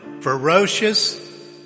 ferocious